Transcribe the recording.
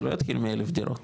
הוא לא יתחיל מאלף דירות,